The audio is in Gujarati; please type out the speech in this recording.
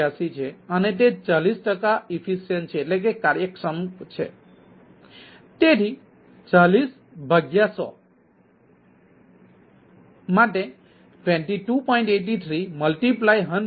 83 છે અને તે 40 ટકા કાર્યક્ષમ છે તેથી 40100 તેથી 22